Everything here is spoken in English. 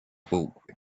bulk